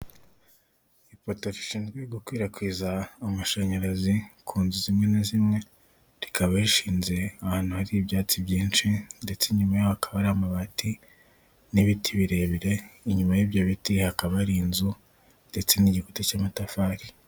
Ipoto rishinzwe gukwirakwiza amashanyarazi ku nzu zimwe na zimwe rikaba rishinze ahantu hari ibyatsi byinshi ndetse inyuma hakaba hari amabati n'ibiti birebire, inyuma y'ibyo biti hakaba hari inzu ndetse n'igikuta cy'amatafari.